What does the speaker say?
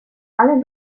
alle